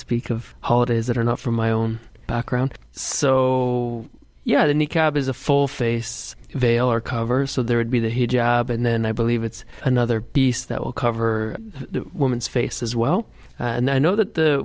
speak of holidays that are not from my own background so yeah the niqab is a full face veil or cover so there would be that he job and then i believe it's another piece that will cover the woman's face as well and i know that the